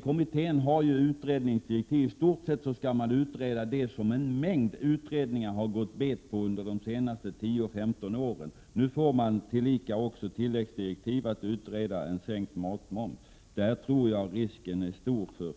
Det finns visserligen utredningsdirektiv för kommittén, men i stort sett skall den utreda sådant som en mängd utredningar har gått bet på under de senaste tio femton åren. Dessutom får man nu tilläggsdirektiv om att utreda frågan om en sänkning av matmomsen. På den punkten tror jag dock att risken